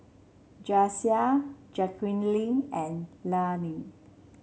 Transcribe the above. Jasiah Jaquelin and Landyn